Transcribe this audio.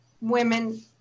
women